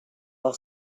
non